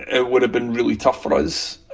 it would've been really tough for us